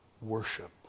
worship